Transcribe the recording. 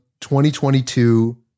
2022